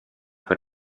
per